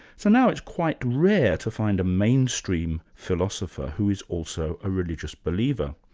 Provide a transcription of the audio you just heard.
so now it's quite rare to find a mainstream philosopher who is also a religious believer.